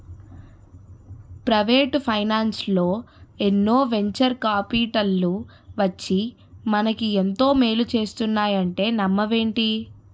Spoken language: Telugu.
ప్రవేటు ఫైనాన్సల్లో ఎన్నో వెంచర్ కాపిటల్లు వచ్చి మనకు ఎంతో మేలు చేస్తున్నాయంటే నమ్మవేంటి?